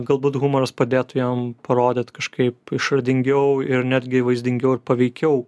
galbūt humoras padėtų jiem parodyt kažkaip išradingiau ir netgi vaizdingiau ir paveikiau